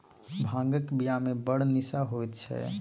भांगक बियामे बड़ निशा होएत छै